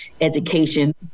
education